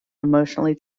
emotionally